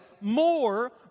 more